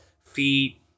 feet